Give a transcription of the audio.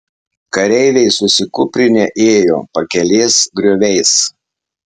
kareiviai susikūprinę ėjo pakelės grioviais